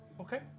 Okay